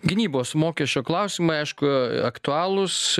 gynybos mokesčio klausimai aišku aktualūs